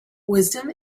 wisdom